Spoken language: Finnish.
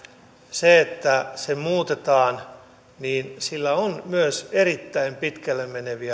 sillä että se muutetaan on myös erittäin pitkälle